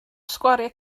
sgwariau